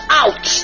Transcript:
out